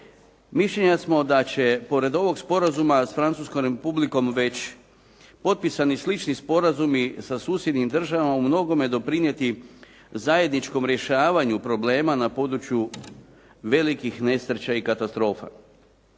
Mišljenja smo da će pored ovog sporazuma s Francuskom Republikom već potpisani slični sporazumi sa susjednim državama umnogome doprinijeti zajedničkom rješavanju problema na području velikih nesreća i katastrofa.